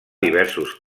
diversos